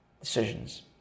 decisions